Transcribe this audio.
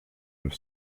neuf